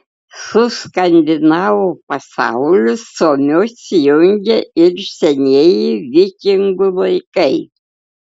su skandinavų pasauliu suomius jungia ir senieji vikingų laikai